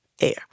air